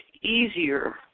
easier